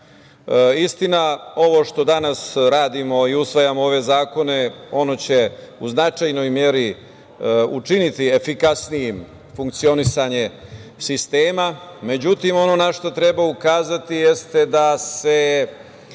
aparata. Istina, ovo što danas radimo i usvajamo ove zakone, ono će u značajnoj meri učiniti efikasnijim funkcionisanje sistema. Međutim, ono na šta treba ukazati jeste da se